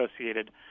associated